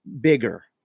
bigger